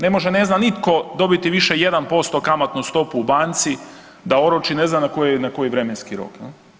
Ne može ne zna nitko dobiti više 1% kamatnu stopu u banci da oroči ne znam na koji vremenski rok.